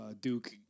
Duke